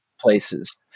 places